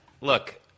Look